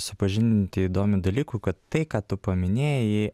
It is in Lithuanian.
supažindinti įdomiu dalyku kad tai ką tu paminėjai